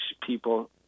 people